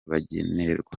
bagenerwa